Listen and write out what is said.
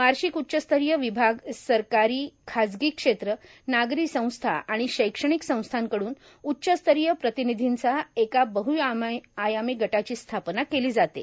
वार्षिक उच्च स्तरीय विभाग सरकारी खाजगी क्षेत्र नागरी संस्था आणि शैक्षणिक संस्थांकडून उच्चस्तरीय प्रतिनिधींचा एका बहआयामी गटाची स्थापना केली जाते